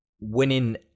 winning